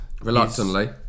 reluctantly